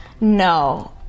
no